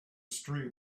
street